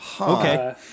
Okay